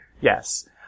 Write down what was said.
yes